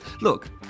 Look